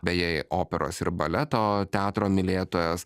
beje operos ir baleto teatro mylėtojas